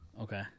Okay